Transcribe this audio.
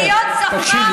אותן תבניות שפה.